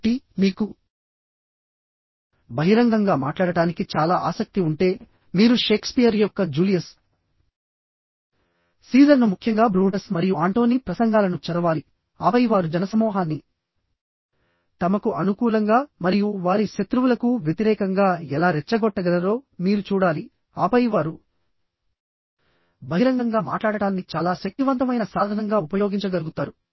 కాబట్టి మీకు బహిరంగంగా మాట్లాడటానికి చాలా ఆసక్తి ఉంటే మీరు షేక్స్పియర్ యొక్క జూలియస్ సీజర్ను ముఖ్యంగా బ్రూటస్ మరియు ఆంటోనీ ప్రసంగాలను చదవాలిఆపై వారు జనసమూహాన్ని తమకు అనుకూలంగా మరియు వారి శత్రువులకు వ్యతిరేకంగా ఎలా రెచ్చగొట్టగలరో మీరు చూడాలిఆపై వారు బహిరంగంగా మాట్లాడటాన్ని చాలా శక్తివంతమైన సాధనంగా ఉపయోగించగలుగుతారు